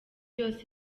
yose